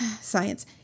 science